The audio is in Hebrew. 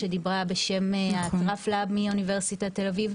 שדיברה בשם --- מאוניברסיטת תל אביב.